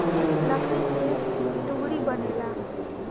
लकड़ी से लुगड़ी बनेला